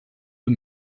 eux